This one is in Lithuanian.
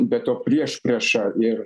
be to priešprieša ir